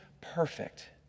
perfect